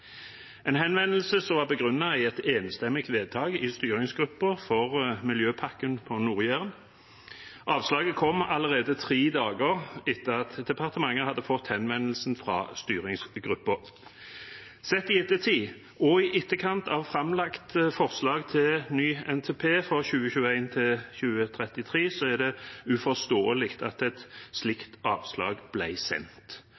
en henvendelse som var begrunnet i et enstemmig vedtak i styringsgruppen for miljøpakken på Nord-Jæren. Avslaget kom allerede tre dager etter at departementet hadde fått henvendelsen fra styringsgruppen. Sett i ettertid og i etterkant av framlagt forslag til ny NTP for 2021–2033 er det uforståelig at et slikt avslag ble sendt.